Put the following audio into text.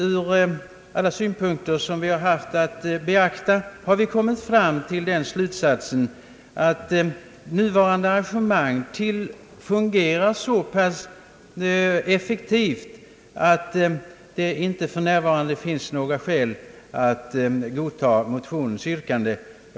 Ur alla de synpunkter som utskottet haft att beakta har vi kommit fram till den slutsatsen, att nuvarande arrangemang fungerar så effektivt att det för närvarande inte finns några skäl att godta motionsyrkandet.